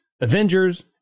Avengers